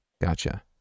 Gotcha